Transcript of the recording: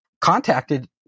contacted